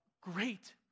great